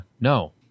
No